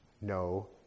no